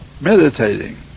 meditating